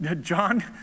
John